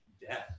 death